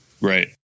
Right